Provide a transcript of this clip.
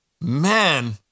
man